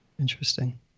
Interesting